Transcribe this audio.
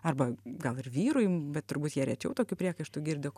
arba gal ir vyrui bet turbūt jie rečiau tokių priekaištų girdi